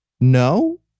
no